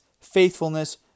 faithfulness